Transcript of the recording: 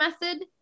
method